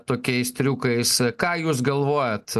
tokiais triukais e ką jūs galvojat